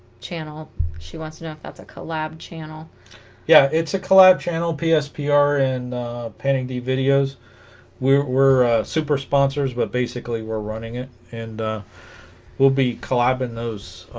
channel she wants to know if that's a collab channel yeah it's a collab channel psp yeah are in painting the videos we were super sponsors but basically we're running it and we'll be collab in those